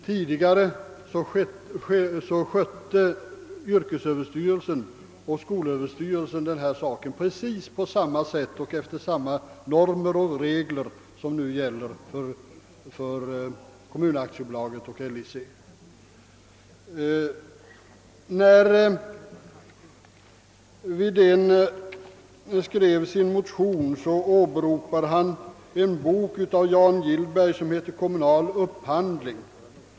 Tidigare skötte överstyrelsen för yrkesutbildning och skolöverstyrelsen dessa frågor precis på samma sätt och enligt samma normer och regler som nu gäller för KAB och LIC. När herr Wedén skrev sin motion åberopade han en bok av Jan Gillberg, som hade titeln Kommunal upphandling.